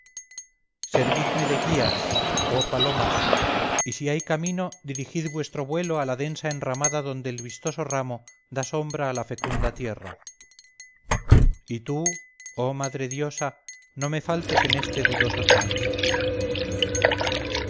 servidme de guías oh palomas y si hay camino dirigid vuestro vuelo a la densa enramada donde el vistoso ramo da sombra a la fecunda tierra y tú oh madre diosa no me faltes en este dudoso trance